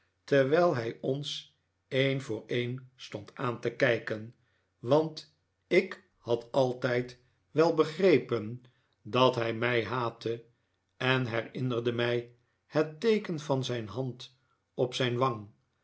terwijl hij ons een voor een stond aan te kijken want ik had altijd wel begrepen dat hij mij haatte en herinnerde mij het teeken van mijn hand op zijn wang